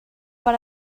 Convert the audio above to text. per